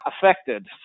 affected